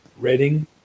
Reading